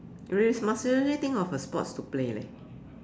re~ must really think of a sports to play leh